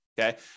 okay